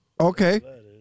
Okay